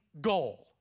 goal